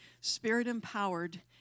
spirit-empowered